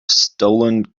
stolen